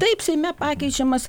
taip seime pakeičiamas